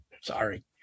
Sorry